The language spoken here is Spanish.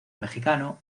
mexicano